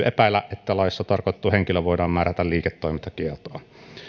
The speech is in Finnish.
epäillä että laissa tarkoitettu henkilö voidaan määrätä liiketoimintakieltoon